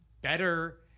better